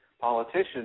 politicians